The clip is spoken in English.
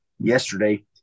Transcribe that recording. yesterday